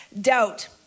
doubt